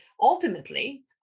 Ultimately